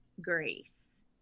grace